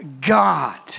God